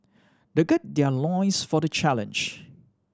they gird their loins for the challenge